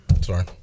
Sorry